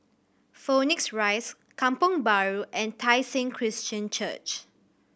Phoenix Rise Kampong Bahru and Tai Seng Christian Church